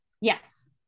Yes